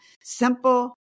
Simple